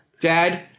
Dad